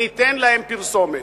ניתן להם פרסומת.